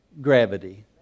gravity